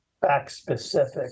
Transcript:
fact-specific